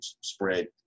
spread